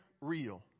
real